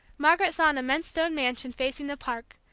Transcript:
margaret saw an immense stone mansion facing the park,